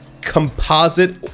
composite